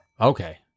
Okay